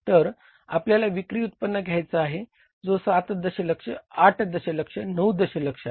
तर आपल्याला विक्री उत्पन्न घ्यायचा आहे जो 7 दशलक्ष 8 दशलक्ष 9 दशलक्ष आहे